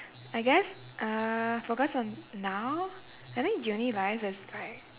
I guess uh focus on now I think uni life is like